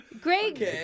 Greg